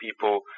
people